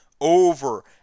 over